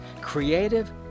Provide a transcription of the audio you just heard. creative